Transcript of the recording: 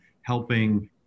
helping